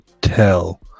tell